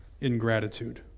ingratitude